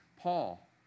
Paul